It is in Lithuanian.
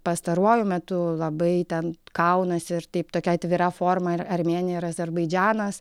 pastaruoju metu labai ten kaunasi ir taip tokia atvira forma ir armėnija ir azerbaidžanas